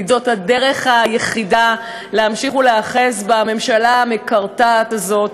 זאת הדרך היחידה להמשיך ולהיאחז בממשלה המקרטעת הזאת,